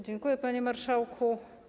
Dziękuję, panie marszałku.